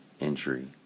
entry